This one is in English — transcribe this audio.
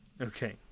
Okay